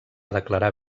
declarar